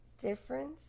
difference